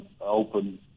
open